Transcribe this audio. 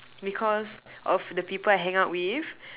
because of the people I hang out with